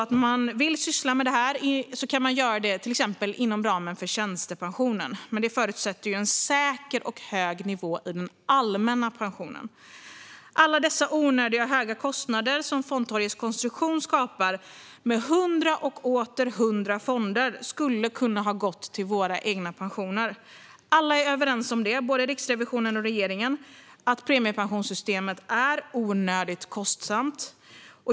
Om man vill syssla med detta kan man göra det till exempel inom ramen för tjänstepensionen, men det förutsätter en säker och hög nivå på den allmänna pensionen. Alla dessa onödiga och höga kostnader som fondtorgets konstruktion skapar, med hundra och åter hundra fonder, skulle ha kunnat gå till våra egna pensioner. Alla, både Riksrevisionen och regeringen, är överens om att premiepensionssystemet är onödigt kostsamt.